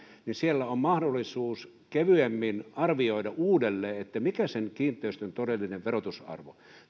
on mahdollisuus kevyemmin arvioida uudelleen mikä on kiinteistön todellinen verotusarvo